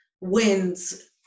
wins